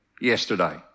yesterday